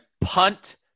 punt